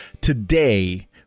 Today